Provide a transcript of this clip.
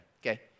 okay